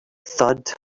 thud